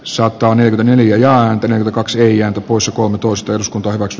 sota on yli neljä ja entinen kaksi ja osa koulutusta eduskuntaan kaksi